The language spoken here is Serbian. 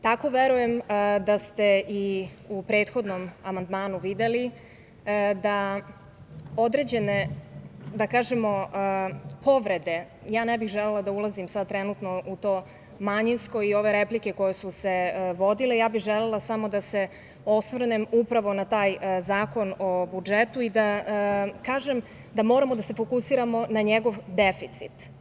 Tako verujem da ste i u prethodnom amandmanu videli da određene, da kažemo, povrede, ne bih želela da ulazim sada trenutno u to manjinsko i ove replike koje su se vodile, ja bih želela samo da se osvrnem upravo na taj Zakon o budžetu i da kažem da moramo da se fokusiramo na njegov deficit.